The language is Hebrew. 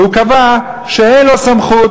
והוא קבע שאין לו סמכות,